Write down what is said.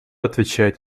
отвечает